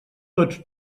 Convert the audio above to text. tots